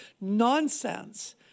Nonsense